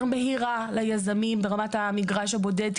יותר מהירה ליזמים ברמת המגרש הבודד.